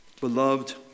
beloved